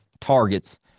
targets